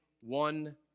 one